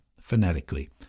phonetically